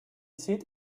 seat